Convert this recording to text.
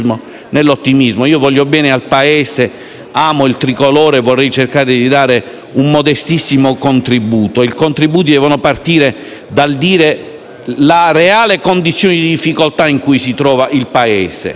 Io voglio bene al Paese, amo il tricolore e vorrei dare un modestissimo contributo e i contribuenti devono partire dal dire la reale condizione di difficoltà in cui si trova il Paese,